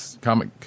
comic